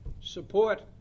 support